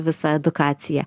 visa edukacija